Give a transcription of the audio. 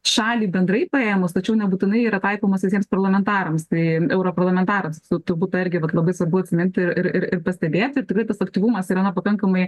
šalį bendrai paėmus tačiau nebūtinai yra taikomas visiems parlamentarams tai europarlamentarams tiksliau turbūt tą irgi vat labai svarbu atsiminti ir ir ir pastebėti tikrai tas aktyvumas yra na pakankamai